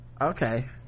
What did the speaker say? Okay